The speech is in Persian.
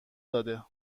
داده